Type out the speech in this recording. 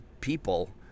people